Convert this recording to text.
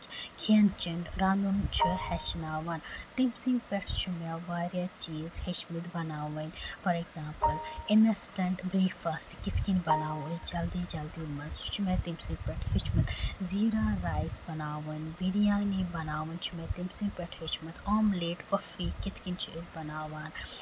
کھٮ۪ن چٮ۪ن رَنُن چھُ ہٮ۪چھناون تٔمۍ سٕندۍ پٮ۪ٹھ چھِ مےٚ واریاہ چیٖز ہٮ۪چھمٕتۍ بَناوٕنۍ فار اٮ۪کزامپٕل اِنسٹنٹ برٛیکفاسٹ کِتھ کٔنۍ بَناوو أسۍ جلدی جلدی منٛز سُہ چھُ مےٚ تٔمۍ سٕندۍ پٮ۪ٹھ ہیٚچھمُت زِیٖرا رایِس بَناوُن بِریانی بَناوٕنۍ چھ مےٚ تٔمۍ سٕے پٮ۪ٹھ ہٮ۪چھمُت آملیٹ پٔفی کِتھ پٲٹھۍ چھِ أسۍ بَناوان